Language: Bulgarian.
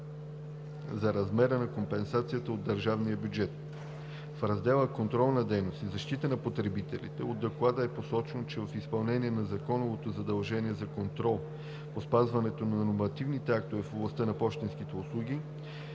за размера на компенсацията от държавния бюджет. В раздела „Контролна дейност и защита на потребителите“ от Доклада е посочено, че в изпълнение на законовото задължение за контрол по спазването на нормативните актове в областта на пощенските услуги,